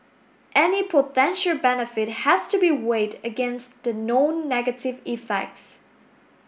any potential benefit has to be weighed against the known negative effects